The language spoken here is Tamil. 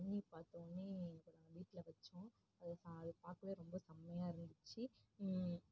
பண்ணி பார்த்தோன்னே எங்கள் வீட்டில் வச்சோம் அது பார்க்கவே ரொம்ப செமையாருந்துச்சி